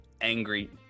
angry